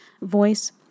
voice